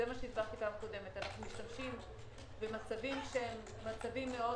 אנחנו משתמשים במצבים שהם מאוד משמעותיים,